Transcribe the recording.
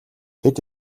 хэд